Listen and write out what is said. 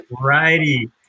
righty